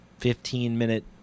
15-minute –